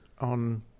on